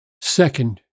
Second